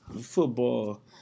Football